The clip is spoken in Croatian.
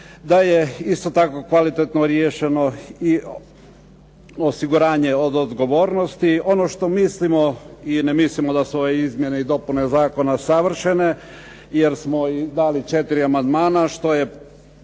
da je isto tako kvalitetno riješeno i osiguranje od odgovornosti. Ono što mislimo, i ne mislimo da su ove izmjene i dopune zakona savršene, jer smo dali četiri amandmana što je